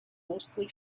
mostly